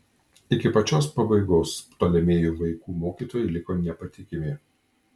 iki pačios pabaigos ptolemėjų vaikų mokytojai liko nepatikimi